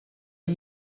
are